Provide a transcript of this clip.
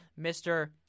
Mr